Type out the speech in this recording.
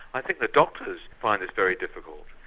i think the doctors find this very difficult.